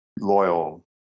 loyal